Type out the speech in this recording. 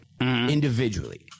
individually